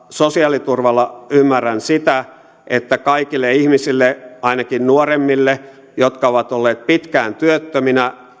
sosiaaliturvalla ymmärrän sitä että kaikille ihmisille ainakin nuoremmille jotka ovat olleet pitkään työttöminä